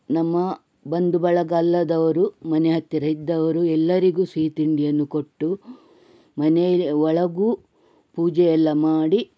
ನಮ್ಮ ಬಂಧು ಬಳಗ ಅಲ್ಲದವರು ಮನೆ ಹತ್ತಿರ ಇದ್ದವರು ಎಲ್ಲರಿಗೂ ಸಿಹಿ ತಿಂಡಿಯನ್ನು ಕೊಟ್ಟು ಮನೆಯ ಒಳಗೂ ಪೂಜೆಯೆಲ್ಲ ಮಾಡಿ